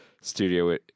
studio